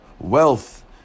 wealth